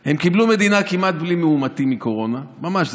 הם קיבלו מדינה כמעט בלי מאומתים לקורונה, ממש.